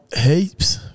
heaps